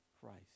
Christ